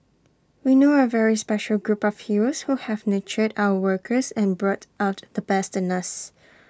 we know A very special group of heroes who have nurtured our workers and brought out the best in us